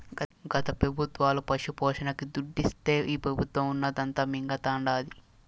గత పెబుత్వాలు పశుపోషణకి దుడ్డిస్తే ఈ పెబుత్వం ఉన్నదంతా మింగతండాది